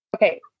Okay